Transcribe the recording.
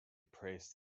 praised